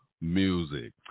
music